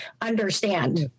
understand